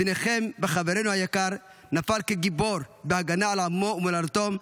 בנכם וחברנו היקר נפל כגיבור בהגנה על עמו ומולדתו.